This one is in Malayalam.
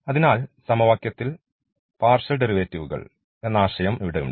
അതിനാൽ സമവാക്യത്തിൽ പാർഷ്യൽ ഡെറിവേറ്റീവ്കൾ എന്ന ആശയം ഇവിടെയുണ്ട്